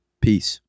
Peace